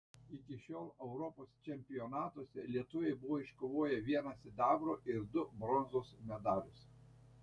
iki šiol europos čempionatuose lietuviai buvo iškovoję vieną sidabro ir du bronzos medalius